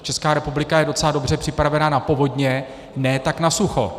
Česká republika je docela dobře připravena na povodně, ne tak na sucho.